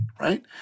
right